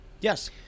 Yes